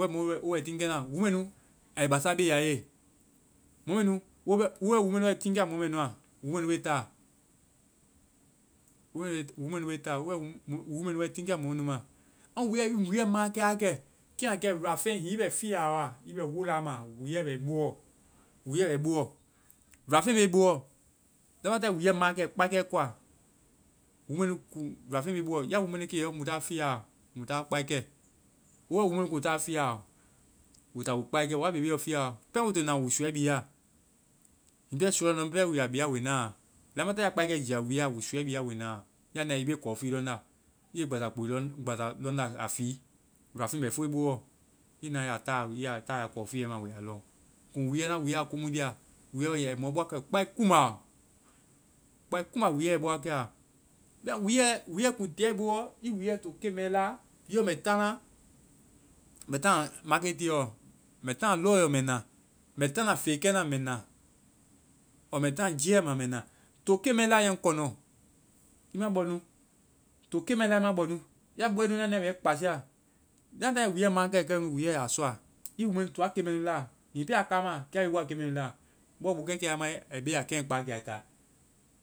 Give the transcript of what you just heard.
Wo bɛ mɔ wo bɛ tiiŋkɛ na, wuu mɛ nu, ai basaa be ya i ye. Wo bɛ-wo bɛ wuu mɛ nu wai tiiŋkɛa mɔɛ nua. wúu mɛ nu be taa. Wo bɛ wúu mɛ nu wai tiiŋkɛa mɔ mɛ nu ma. Amu wuuɛ, i wúuɛ maakɛ wa kɛ. Kɛ a kɛ luafeŋ, hiŋi i bɛ fiaɔ wa, i bɛ wola ma, wúuɛ bɛ i boɔ, wúuɛ bɛ i boɔ, luafeŋ be i boɔ. lamataŋ ya wúuɛ mãakɛ kpaikɛ koa, wúu mɛ nu kuŋ-luafeŋ be i boɔ. Ya wúu mɛ nu ke i yɔ, mu ta fiaɔ. Mu ta kpaikɛ. Wo bɛ wíu mɛ nu kuŋ ta fiaɔ, woi ta woi kpaikɛ. Woa bebeb lɔɔ fiaɔ, pɛŋ woi to na, woi súuɛ bia. Hiŋi pɛ suuɛ lɔŋndɛ mu, woi na a. Lamataŋ ya kpaikɛ jia wúuɛ a, woi súuɛ bia woi na a. Ya nae, i be kɔfii lɔŋ da. I be gbassa kpoi-gbassa lɔŋ da- a fii. Luafeŋ bɛ fo i boɔ. I na i ya taa. I ya taa kɔfiiɛ ma, woi a ya lɔŋ. Komu wúuɛ, na wúuɛ a komu lia, wúuɛ wae, ai mɔ bɔ wa kɛ kpae kumbaɔ. Kpae kumbaɔ, wúuɛ yɛ i bɔ wa kɛ aɔ. Wúuɛ, wúuɛ. I wúuɛ to wa kɛ keŋ mɛ la, i yɔ mɛ táana, mbɛ táana maketiɛ, m ɛ taana lɔɛɔ mɛ na. Mɛ taana fekɛna mɛ na. ɔɔ mbɛ táana jiiɛma mbɛ na. To keŋ mɛɛ la i yɛ ŋ kɔnɔ. I ma bɔ nu. To keŋ mɛ la. i ma bɔ nu. Ya bɔe nu, na nae, mɛ i kpasiia. Ya nae wúuɛ makɛe kɛnu, wúuɛ ya sɔa, wúuɛ mɛ nui toa keŋ mɛ nu la. Hiŋi pɛ a kááma, kɛ a be bɔa keŋ mɛ nu la. Bɔɔ bokɛke a mae, ai be ya keŋ kpa a ya ma.